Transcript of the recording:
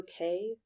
okay